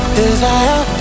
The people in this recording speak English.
desire